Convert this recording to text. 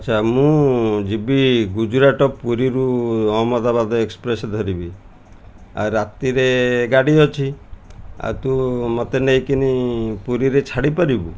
ଆଚ୍ଛା ମୁଁ ଯିବି ଗୁଜୁରାଟ ପୁରୀରୁ ଅହମଦବାଦ ଏକ୍ସପ୍ରେସ୍ ଧରିବି ଆଉ ରାତିରେ ଗାଡ଼ି ଅଛି ଆଉ ତୁ ମୋତେ ନେଇକିନି ପୁରୀରେ ଛାଡ଼ିପାରିବୁ